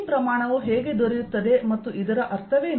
ಈ ಪ್ರಮಾಣವು ಹೇಗೆ ದೊರೆಯುತ್ತದೆ ಮತ್ತು ಇದರ ಅರ್ಥವೇನು